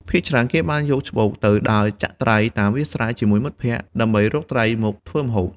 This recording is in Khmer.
ភាគច្រើនគេបានយកច្បូកទៅដើរចាក់ត្រីតាមវាលស្រែជាមួយមិត្តភក្តិ ដើម្បីរកត្រីមកធ្វើម្ហូប។